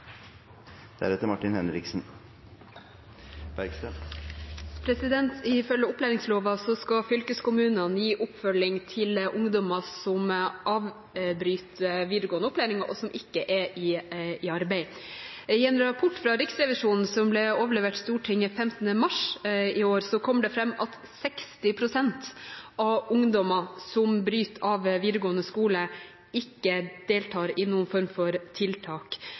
Ifølge opplæringsloven skal fylkeskommunene gi oppfølging til ungdommer som avbryter videregående opplæring, og som ikke er i arbeid. I en rapport fra Riksrevisjonen som ble overlevert Stortinget 15. mars i år, kommer det fram at 60 pst. av ungdommene som avbryter videregående skole, ikke deltar i noen form for tiltak,